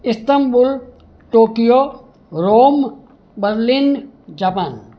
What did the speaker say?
Istanbul Tokyo Rome Berlin Japan